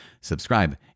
subscribe